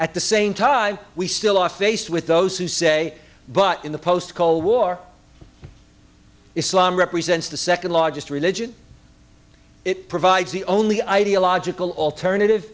at the same time we still are faced with those who say but in the post cold war islam represents the second largest religion it provides the only ideological alternative